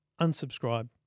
unsubscribe